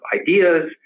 ideas